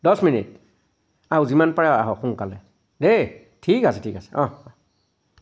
দহ মিনিট আহক যিমান পাৰে আহক সোনকালে দেই ঠিক আছে ঠিক আছে অঁ